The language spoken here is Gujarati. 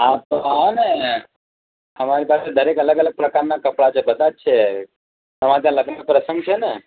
હા તો આવો ને અમારી પાસે દરેક અલગ અલગ પ્રકારનાં કપડાં છે બધા જ છે તમારે ત્યાં લગ્નનો પ્રસંગ છે ને